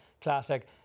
Classic